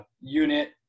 unit